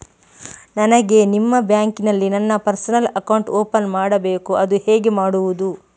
ನನಗೆ ನಿಮ್ಮ ಬ್ಯಾಂಕಿನಲ್ಲಿ ನನ್ನ ಪರ್ಸನಲ್ ಅಕೌಂಟ್ ಓಪನ್ ಮಾಡಬೇಕು ಅದು ಹೇಗೆ ಮಾಡುವುದು?